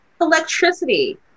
electricity